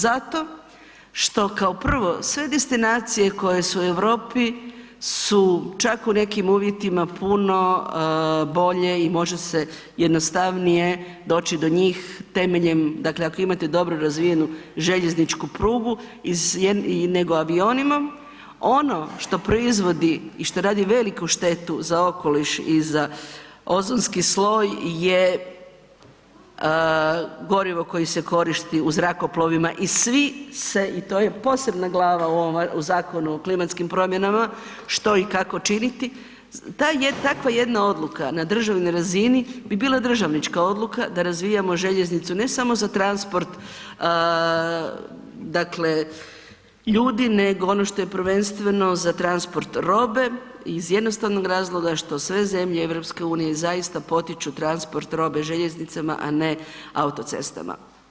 Zato što kao prvo, sve destinacije koje su u Europi su čak u nekim uvjetima puno bolje i može se jednostavnije doći do njih temeljem, dakle ako imate dobro razvijenu željezničku prugu nego avionima, ono što proizvodi i što radi veliku štetu za okoliš i za ozonski sloj je gorivo koje se koristi u zrakoplovima i svi se i to je posebna glava u ovom Zakonu o klimatskim promjenama, što i kako činiti, takva jedna odluka na državnoj razini bi bila državnička odluka da razvijamo željeznicu ne samo za transport dakle ljudi nego ono što je prvenstveno za transport robe iz jednostavnog razloga što sve zemlje EU-a zaista potiču transport robe željeznicama a ne autocestama.